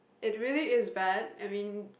it really is bad I mean